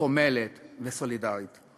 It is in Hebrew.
חומלת וסולידרית.